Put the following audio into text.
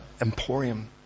emporium